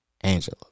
Angela